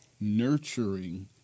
nurturing